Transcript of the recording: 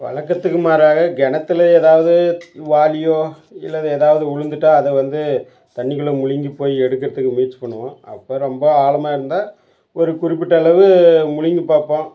வழக்கத்துக்கு மாறாக கிணத்துல ஏதாவது வாளியோ இல்லை ஏதாவது உழுந்துட்டா அதை வந்து தண்ணிக்குள்ளே முழுங்கிப் போய் எடுக்கிறதுக்கு முயற்சி பண்ணுவோம் அப்போ ரொம்ப ஆழமா இருந்தால் ஒரு குறிப்பிட்ட அளவு முழுங்கிப் பார்ப்போம்